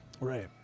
Right